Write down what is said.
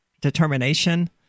determination